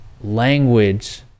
language